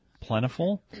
plentiful